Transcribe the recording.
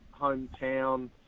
hometown